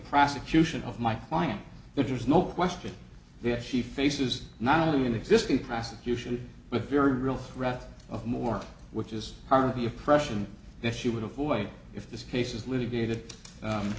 prosecution of my client there's no question that she faces not only an existing prosecution but very real threat of more which is part of the oppression that she would avoid if this case was litigated